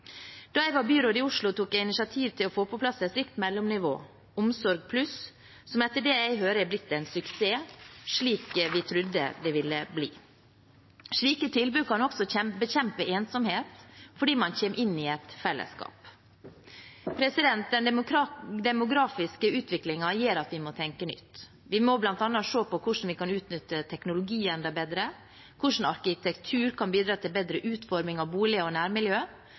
Da jeg var byråd i Oslo, tok jeg initiativ til å få på plass et slikt mellomnivå, Omsorg+, som etter det jeg hører, har blitt en suksess, slik vi trodde det ville bli. Slike tilbud kan også bekjempe ensomhet, fordi man kommer inn i et fellesskap. Den demografiske utviklingen gjør at vi må tenke nytt. Vi må bl.a. se på hvordan vi kan utnytte teknologi enda bedre, hvordan arkitektur kan bidra til bedre utforming av bolig og